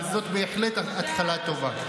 אבל זאת בהחלט התחלה טובה.